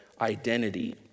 identity